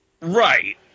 Right